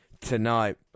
tonight